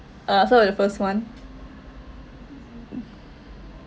uh start with the first one